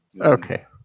okay